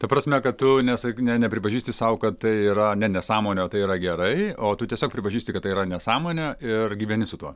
ta prasme kad tu nesne nepripažįsti sau kad tai yra ne nesąmonė o tai yra gerai o tu tiesiog pripažįsti kad tai yra nesąmonė ir gyveni su tuo